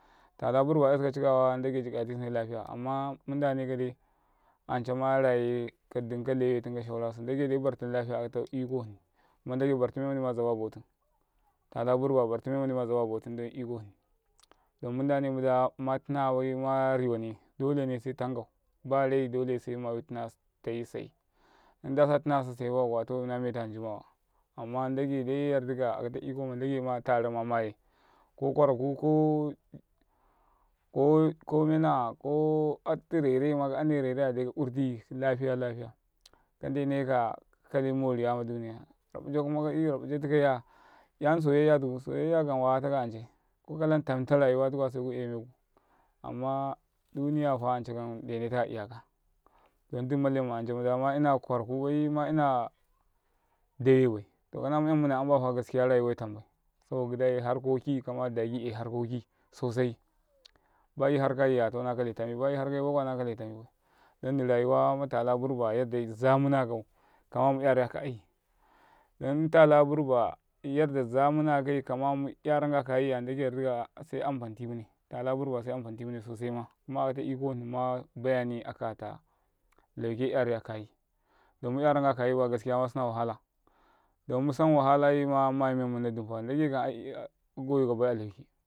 ﻿Tala burba esuka cikawa nɗaɡo jikati sine lafiya amma mu nɗane kade acama raye kadum kalewatum kasaurasu nɗaɡe dai bartum lafiya akata iko hni bartum men mazaba botum tala burba bartum menima zaba botum ɗan iko hni ɗom munɗane madma tina baima riwane dolene se tankau braai dole se mayu tina taisai inda sa tina sa sai baya kuwa na meta hni jimawa amma ndagaidai yardika akata ikoma ndagaidai ma fulawaɗȉ ma mayay ko kwaraku ko ka asti rerema ka'asne rereya day ka urti lafiya lafiya ka ndene kaya kakali rayuwa maduni yay 'yana soyayatuku soyayakam wayata ancai kulam tamta rayuwa ancakam ndene taka caɗaku don dumma lemma anca muda ma ina kwaro ku bai ma ina dawebai to kana mu yan munana ϓambayafa jire rayu tambay saboka ɡiɗaiharkoki kama daɡika 'yai harkoki sosai ba 'yuhu kaiya tona kale tamibai don ndini rayuwa matala burba yadda zamuna kau kam mu 'yarakai dan tala burba yadda zamunakai kam ma 'yaran ka kayiyy ndaɡe yardikaya se amfani timane tala burba se amfantimune sosai ma kuma akata iko mabayani lauke 'yan akayi dan ma 'yaranka kayibaya jira masina wahala. Don musan wahala mumayam memu na dum musan wahalayi mumayam memu na dam ndagekamai ɗafika bai lauke.